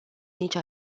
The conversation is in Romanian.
nici